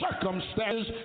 circumstances